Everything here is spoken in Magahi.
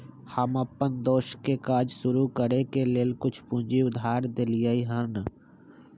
हम अप्पन दोस के काज शुरू करए के लेल कुछ पूजी उधार में देलियइ हन